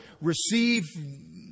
receive